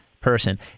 person